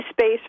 space